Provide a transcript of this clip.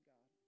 God